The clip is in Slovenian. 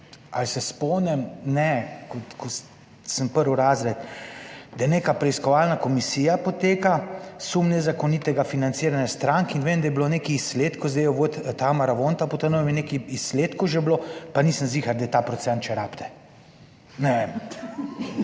ali se spomnim, ne, ko sem prvi razred, da neka preiskovalna komisija poteka sum nezakonitega financiranja strank in vem, da je bilo nekaj izsledkov. Zdaj jo vodi Tamara Vonta, je nekaj izsledkov že bilo, pa nisem ziher, da je ta procent še rabite. Ne vem.